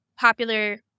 popular